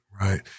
Right